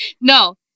No